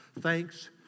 thanks